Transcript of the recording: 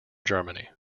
germany